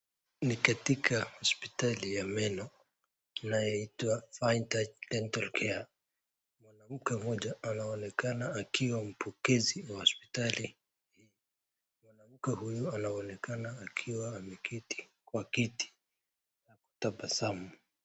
Ni katika hospitali ya meno inayoitwa Fine Touch Dental Care. Mwanamke mmoja anonekan akiwa mpokezi wa hospitali. Mwanamke huyo anaonekana kiwa ameketi na ametabasamu.